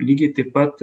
lygiai taip pat